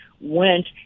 went